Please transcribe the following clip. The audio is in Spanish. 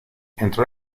entró